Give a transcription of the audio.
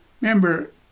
Remember